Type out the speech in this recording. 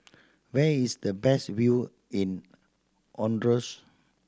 where is the best view in Honduras